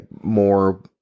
more